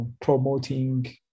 promoting